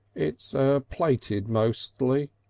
it's plated mostly,